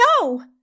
No